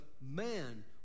Man